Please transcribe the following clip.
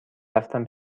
رفتن